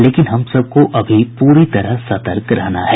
लेकिन हम सबको अभी पूरी तरह सतर्क रहना है